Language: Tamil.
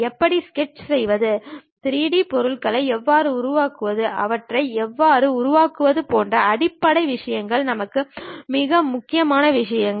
எப்படி ஸ்கெட்ச் செய்வது 3D பொருள்களை எவ்வாறு உருவாக்குவது அவற்றை எவ்வாறு உருவாக்குவது போன்ற அடிப்படை விஷயங்கள் நமக்கு மிக முக்கியமான விஷயம்